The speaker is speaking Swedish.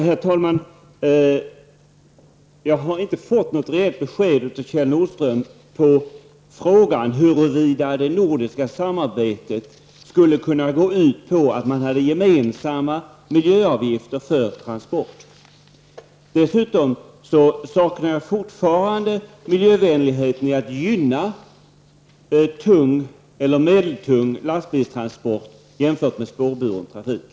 Herr talman! Jag har inte fått något rejält besked av Kjell Nordström om huruvida det nordiska samarbetet skulle kunna gå ut på gemensamma miljöavgifter för transporter. Dessutom saknar jag fortfarande miljövänligheten i att gynna tunga eller medeltunga lastbilstransporter framför spårburen trafik.